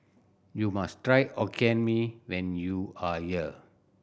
you must try Hokkien Mee when you are here